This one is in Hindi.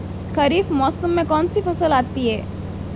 खरीफ मौसम में कौनसी फसल आती हैं?